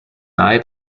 nahe